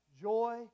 joy